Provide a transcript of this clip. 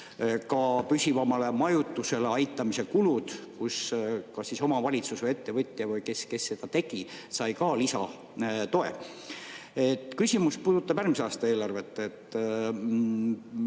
ka püsivamale majutusele aitamise kulud, nii et omavalitsus või ettevõtja või see, kes seda tegi, sai ka lisatoe. Küsimus puudutab järgmise aasta eelarvet. Kui